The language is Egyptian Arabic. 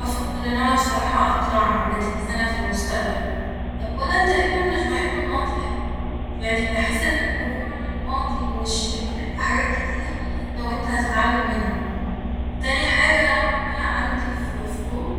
أفضل ان انا بصراحة اطلع متين سنة في المستقبل اولا تقريبا مش بحب الماضي اوي يعني بحس ان الرجوع للماضي مش بيفرق في حاجات كتيرغير لو انت هتتعلم منه تاني حاجة نوعا ما عندي ف-فضول